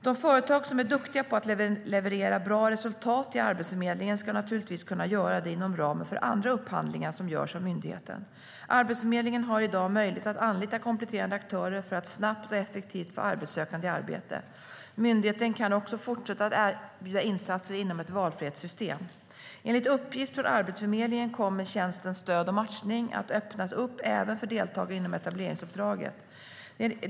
De företag som är duktiga på att leverera bra resultat till Arbetsförmedlingen ska naturligtvis kunna göra det inom ramen för andra upphandlingar som görs av myndigheten. Arbetsförmedlingen har i dag möjlighet att anlita kompletterande aktörer för att snabbt och effektivt få arbetssökande i arbete. Myndigheten kan också fortsätta att erbjuda insatser inom ett valfrihetssystem. Enligt uppgift från Arbetsförmedlingen kommer tjänsten stöd och matchning att öppnas upp även för deltagare inom etableringsuppdraget.